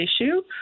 issue